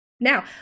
now